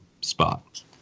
spot